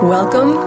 Welcome